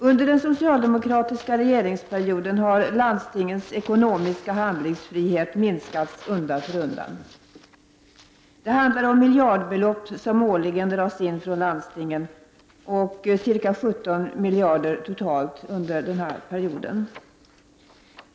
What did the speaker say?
Under den socialdemokratiska regeringsperioden har landstingens ekonomiska handlingsfrihet minskats undan för undan. Det handlar om miljardbelopp som årligen dras in från landstingen, totalt om ca 17 miljarder under perioden.